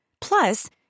Plus